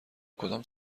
کدام